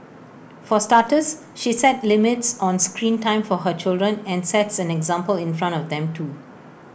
for starters she set limits on screen time for her children and sets an example in front of them too